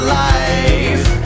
life